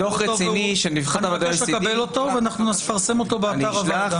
ואנחנו נפרסם אותו באתר הוועדה.